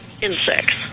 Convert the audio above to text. insects